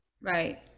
Right